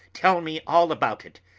tell me all about it!